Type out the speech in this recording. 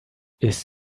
ist